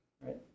Right